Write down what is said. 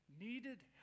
needed